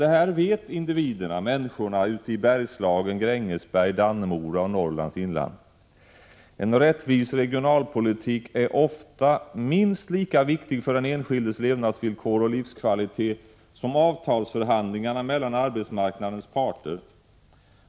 Detta vet människorna i Bergslagen, Grängesberg, Dannemora och Norrlands inland. En rättvis regionalpolitik är ofta minst lika viktig för den enskildes levnadsvillkor och livskvalitet som avtalsförhandlingarna mellan arbetsmarknadens parter.